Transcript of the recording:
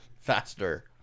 faster